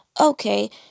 Okay